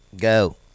Go